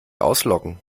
ausloggen